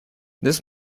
this